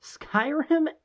skyrim